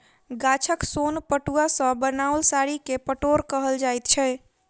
गाछक सोन पटुआ सॅ बनाओल साड़ी के पटोर कहल जाइत छै